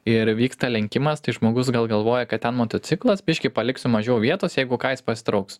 ir vyksta lenkimas tai žmogus gal galvoja kad ten motociklas biškį paliksiu mažiau vietos jeigu ką jis pasitrauks